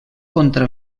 contra